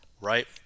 right